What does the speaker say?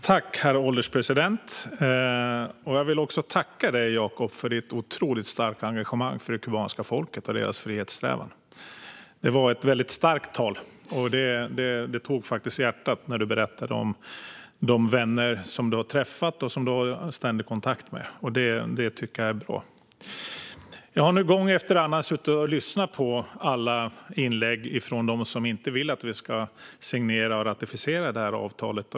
Herr ålderspresident! Jag vill tacka dig, Jakob, för ditt otroligt starka engagemang för det kubanska folket och dess frihetssträvan. Det var ett väldigt starkt tal; det tog faktiskt i hjärtat när du berättade om de vänner du träffat och har ständig kontakt med. Det tycker jag är bra. Jag har suttit och lyssnat på alla inlägg från dem som inte vill att vi ska signera och ratificera avtalet.